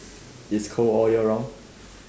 it's cold all year round